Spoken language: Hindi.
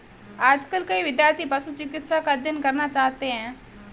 आजकल कई विद्यार्थी पशु चिकित्सा का अध्ययन करना चाहते हैं